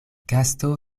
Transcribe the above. gasto